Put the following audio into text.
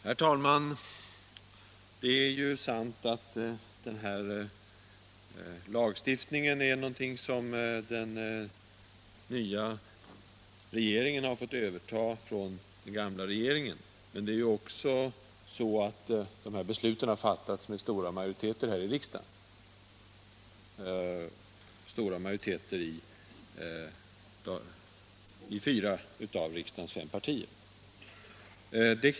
Herr talman! Det är sant att den här lagstiftningen är någonting som den nya regeringen har fått överta från den gamla. Men det är också så att besluten om den fattades med stora majoriteter inom fyra av riksdagens fem partier.